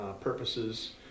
purposes